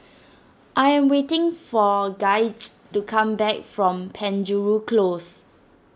I am waiting for Gaige to come back from Penjuru Close